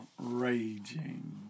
raging